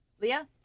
Leah